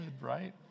right